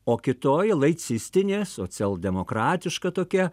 o kitoj laicistinė socialdemokratiška tokia